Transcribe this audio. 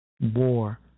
war